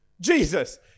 Jesus